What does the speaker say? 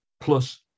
plus